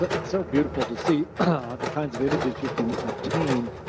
it's so beautiful to see the kinds of images you can obtain.